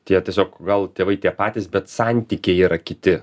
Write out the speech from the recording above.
tie tiesiog gal tėvai tie patys bet santykiai yra kiti